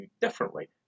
differently